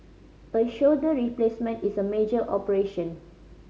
a shoulder replacement is a major operation